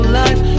life